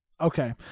okay